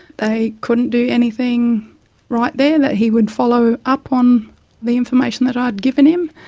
they couldn't do anything right there, that he would follow up on the information that i had given him.